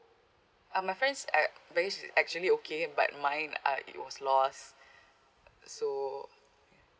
uh my friend's uh baggage is actually okay but mine uh it was lost so